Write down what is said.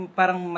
parang